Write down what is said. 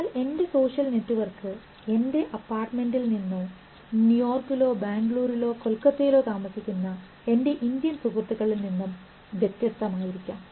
എന്നാൽ എന്റെ social network എന്റെ അപ്പാർട്ട്മെന്റിൽ നിന്ന് ന്യൂയോർക്കിലോ ബാംഗ്ലൂരിലോ കൊൽക്കത്തയിലോ താമസിക്കുന്ന എന്റെ ഇന്ത്യൻ സുഹൃത്തുക്കളിൽ നിന്നും വ്യത്യസ്തമായിരിക്കും